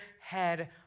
head